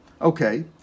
Okay